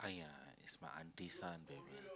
!aiay! it's my aunty son maybe